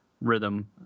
rhythm